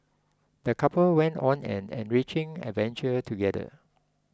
the couple went on an enriching adventure together